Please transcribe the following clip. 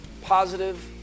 positive